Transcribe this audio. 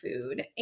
food